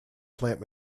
plant